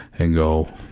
and go,